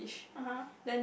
(uh huh)